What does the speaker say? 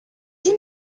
you